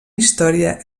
història